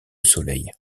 soleil